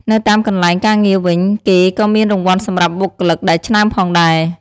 នៅតាមកន្លែងការងារវិញ គេក៏មានរង្វាន់សម្រាប់បុគ្គលិកដែលឆ្នើមផងដែរ។